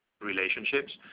relationships